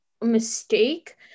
mistake